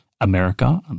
America